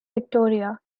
victoria